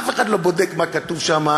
אף אחד לא בודק מה כתוב שם,